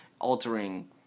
altering